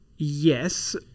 Yes